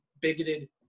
bigoted